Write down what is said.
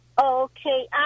okay